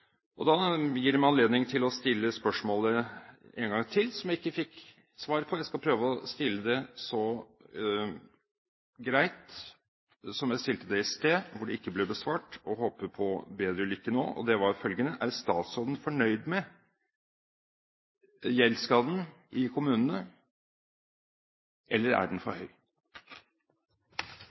til å stille et spørsmål, som jeg ikke fikk svar på. Jeg skal prøve å stille det så greit som jeg stilte det i sted, da det ikke ble besvart, og håper på bedre lykke nå – og det var følgende: Er statsråden fornøyd med gjeldsgraden i kommunene, eller er den for høy?